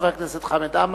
חבר הכנסת חמד עמאר,